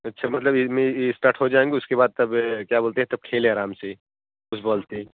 अच्छा मतलब इमें यह इस्टार्ट हो जाएँगे उसके बाद तब क्या बोलते है तब खेले अराम से उस बॉल से